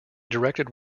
directed